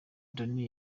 danny